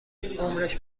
عمرش